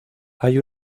hay